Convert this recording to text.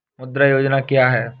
मुद्रा योजना क्या है?